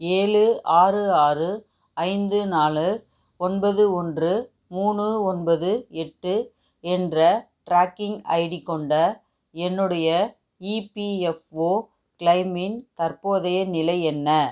ஏழு ஆறு ஆறு ஐந்து நாலு ஒன்பது ஒன்று மூணு ஒன்பது எட்டு என்ற ட்ராக்கிங் ஐடி கொண்ட என்னுடைய இபிஎஃப்ஒ கிளெய்மின் தற்போதைய நிலை என்ன